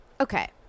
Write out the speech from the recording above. okay